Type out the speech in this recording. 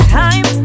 time